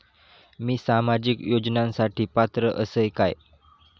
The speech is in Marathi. मी सामाजिक योजनांसाठी पात्र असय काय?